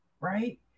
right